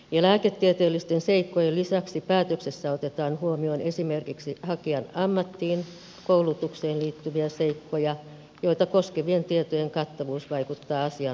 lääketieteellisten seikkojen lisäksi päätöksessä otetaan huomioon esimerkiksi hakijan ammattiin koulutukseen liittyviä seikkoja joita koskevien tietojen kattavuus vaikuttaa asian ratkaisuun